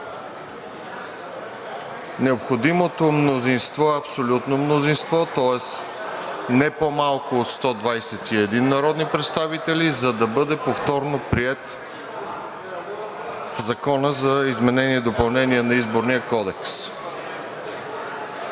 Необходимото мнозинство е абсолютно мнозинство, тоест не по-малко от 121 народни представители, за да бъде повторно приет Законът за изменение и допълнение на Изборния кодекс.